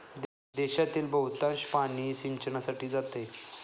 देशातील बहुतांश पाणी सिंचनासाठी जाते